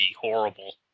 horrible